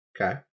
Okay